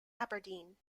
aberdeen